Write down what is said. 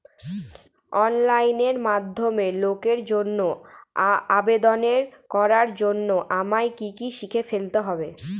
Online মাধ্যমে লোনের জন্য আবেদন করার জন্য আমায় কি কি শিখে ফেলতে হবে?